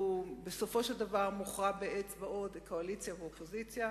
ובסופו של דבר הדיון מוכרע באצבעות של קואליציה ואופוזיציה.